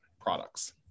products